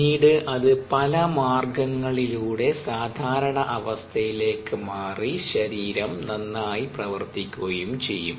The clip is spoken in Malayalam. പിന്നീട് അത് പല മാർഗ്ഗങ്ങളിലൂടെ സാധാരണ അവസ്ഥയിലേക്ക് മാറി ശരീരം നന്നായി പ്രവർത്തിക്കുകയും ചെയ്യും